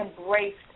embraced